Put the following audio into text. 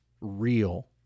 real